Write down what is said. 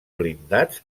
blindats